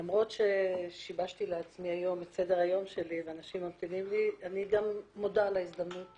למרות ששיבשתי את סדר יומי ואנשים ממתינים לי אני מודה על ההזדמנות